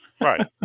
Right